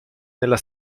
nella